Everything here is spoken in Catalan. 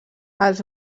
els